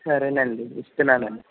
సరే అండి ఇస్తున్నాను అండి